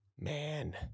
Man